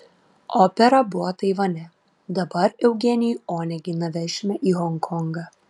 opera buvo taivane dabar eugenijų oneginą vešime į honkongą